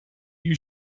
you